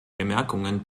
bemerkungen